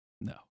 No